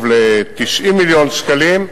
ל-90 מיליון שקלים,